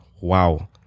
wow